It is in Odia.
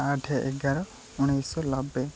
ଆଠ ଏଗାର ଉଣେଇଶହ ନବେ